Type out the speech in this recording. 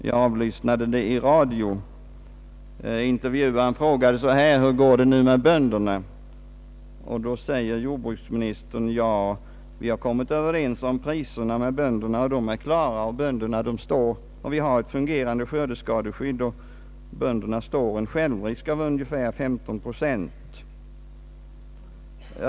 Jag avlyssnade det i en radiointervju. Frågan var: Hur går det nu med bönderna? Jordbruksministern svarade att man hade kommit överens med bönderna om priserna. Det fanns vidare ett fungerande skördeskadeskydd, och bönderna stod en självrisk av 15 procent.